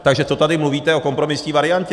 Takže co tady mluvíte o kompromisní variantě?